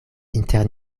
inter